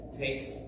takes